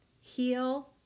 Heal